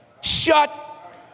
Shut